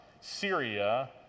Syria